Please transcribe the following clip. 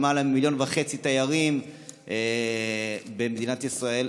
בשנה פוקדים אותה למעלה ממיליון וחצי תיירים במדינת ישראל,